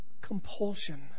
compulsion